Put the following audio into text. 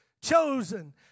chosen